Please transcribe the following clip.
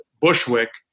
Bushwick